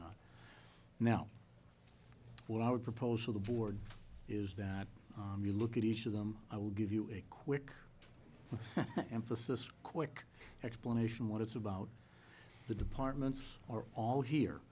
not now what i would propose to the board is that you look at each of them i will give you a quick emphasis quick explanation what it's about the departments are all here